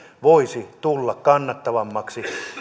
voisi tulla kannattavammaksi